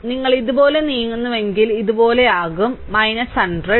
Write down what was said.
അതിനാൽ നിങ്ങൾ ഇതുപോലെ നീങ്ങുന്നുവെങ്കിൽ ഇതുപോലെയാകും 100